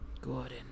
Gordon